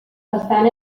façana